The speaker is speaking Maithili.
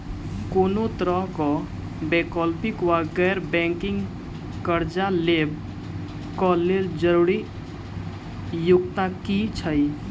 कोनो तरह कऽ वैकल्पिक वा गैर बैंकिंग कर्जा लेबऽ कऽ लेल जरूरी योग्यता की छई?